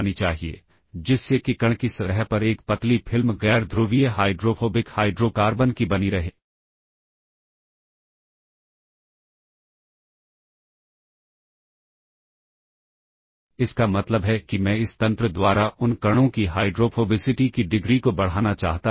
इसीलिए जिस क्रम में हमने पुश किया है बाहर की तरफ पॉपिंग करने समय हमें इस क्रम को उलट देना है और इसीलिए हम इसे लिफो मतलब last in first out structure कहते हैं